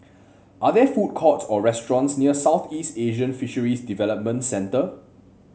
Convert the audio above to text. are there food courts or restaurants near Southeast Asian Fisheries Development Centre